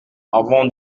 avant